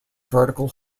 vertical